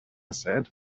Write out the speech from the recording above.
said